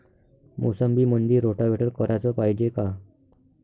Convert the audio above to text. मोसंबीमंदी रोटावेटर कराच पायजे का?